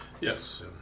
Yes